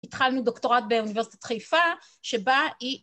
התחלנו דוקטורט באוניברסיטת חיפה, שבה היא...